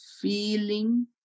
feeling